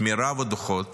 מרב הדוחות